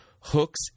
hooks